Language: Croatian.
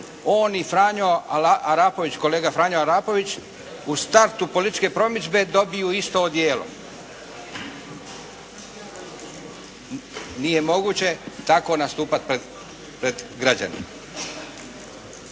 Bebić zalaže da on i kolega Franjo Arapović u startu političke promidžbe dobiju isto odijelo. Nije moguće tako nastupati pred građanima.